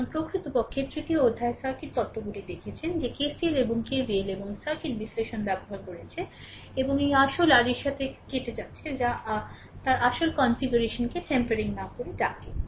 সুতরাং প্রকৃতপক্ষে তৃতীয় অধ্যায়ে সার্কিট তত্ত্বগুলি দেখেছেন যে KCL এবং KVL এবং সার্কিট বিশ্লেষণ ব্যবহার করেছে এবং এই আসল আর এর সাথে কেটে যাচ্ছে যা তার আসল কনফিগারেশনকে টেম্পারিং না করে ডাকে